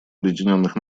объединенных